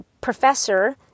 professor